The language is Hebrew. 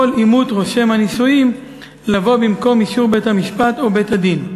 יכול אימות רושם הנישואים לבוא במקום אישור בית-המשפט או בית-הדין".